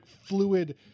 fluid